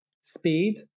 speed